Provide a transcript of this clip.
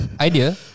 idea